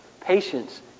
patience